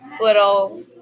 little